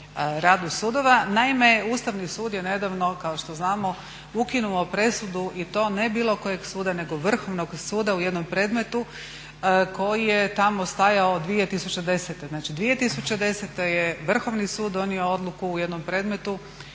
radu sudova. Naime Ustavni sud je nedavno kao što znamo ukinuo presudu i to ne bilo kojeg suda nego vrhovnog suda u jednom predmetu koji je tamo stajao 2010., znači 2010. je vrhovni sud donio odluku u jednom predmetu